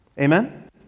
Amen